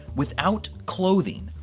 without clothing,